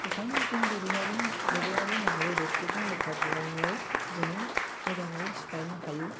बेखायनो जों दोरोङारि दोरोङारि महरै रोबगं जों लेखा बिलाइआव जों मोजाङै सिनायनो हायो